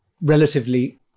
relatively